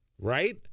right